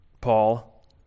Paul